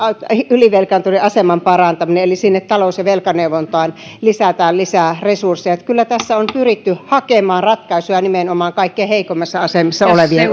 ylivelkaantuneiden aseman parantaminen eli talous ja velkaneuvontaan lisätään resursseja eli kyllä tässä on pyritty hakemaan ratkaisuja nimenomaan kaikkein heikoimmassa asemassa olevien